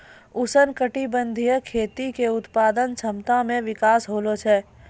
उष्णकटिबंधीय खेती से उत्पादन क्षमता मे विकास होलो छै